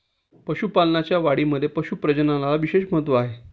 पशुपालनाच्या वाढीमध्ये पशु प्रजननाला विशेष महत्त्व आहे